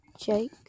Jake